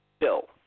bill